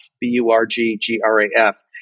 B-U-R-G-G-R-A-F